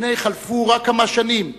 והנה, חלפו רק כמה שנים,